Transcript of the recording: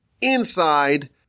inside